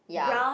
ya